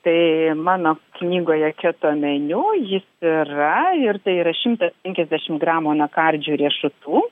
tai mano knygoje keto meniu jis yra ir tai yra šimtas penkiasdešim gramų anakardžių riešutų